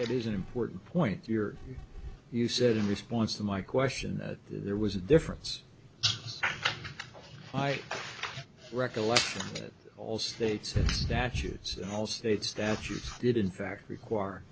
it is an important point your you said in response to my question that there was a difference i recollect all states have statutes all state statutes did in fact require